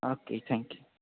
okay thank you